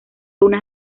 unas